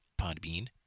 Podbean